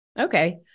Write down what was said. okay